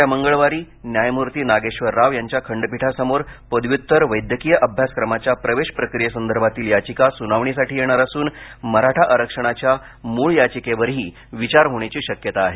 येत्या मंगळवारी न्यायमूर्ती नागेश्वर राव यांच्या खंडपीठासमोर पदव्युत्तर वैद्यकीय अभ्यासक्रमाच्या प्रवेश प्रक्रियेसंदर्भातील याचिका सुनावणीसाठी येणार असून मराठा आरक्षणाच्या मूळ याचिकेवरही विचार होण्याची शक्यता आहे